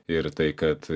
ir tai kad